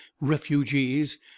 refugees